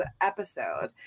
episode